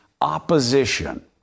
opposition